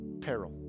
peril